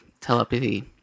telepathy